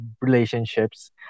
relationships